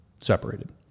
separated